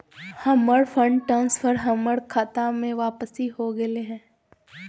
हमर fund transfer हमर खता में वापसी हो गेलय